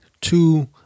two